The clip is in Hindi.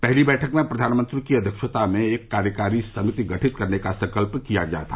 पहली बैठक में प्रधानमंत्री की अध्यक्षता में एक कार्यकारी समिति गठित करने का संकल्प किया गया था